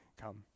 come